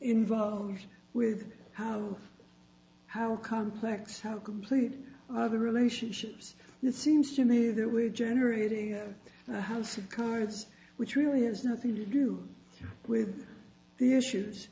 involved with how how complex how completely other relationships it seems to me that we're generating a house of cards which really has nothing to do with the issues